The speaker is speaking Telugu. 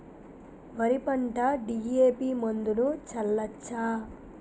వరి పంట డి.ఎ.పి మందును చల్లచ్చా?